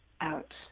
out